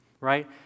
right